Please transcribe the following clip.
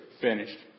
finished